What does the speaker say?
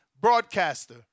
broadcaster